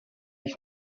ich